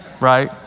right